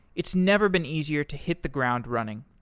it's never been easier to hit the ground running.